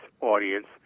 audience